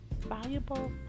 valuable